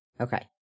Okay